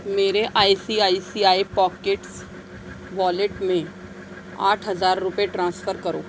میرے I C I C I pockets wallet میں آٹھ ہزار روپے ٹرانسفر کرو